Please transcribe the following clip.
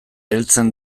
heltzen